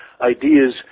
ideas